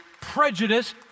prejudice